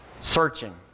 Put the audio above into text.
searching